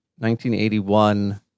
1981